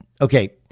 Okay